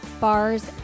bars